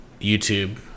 YouTube